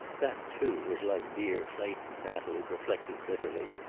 that, too, was like dear clayton, natalie reflected bitterly.